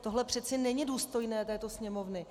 Tohle přece není důstojné této Sněmovny.